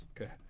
Okay